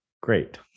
great